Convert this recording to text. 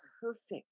perfect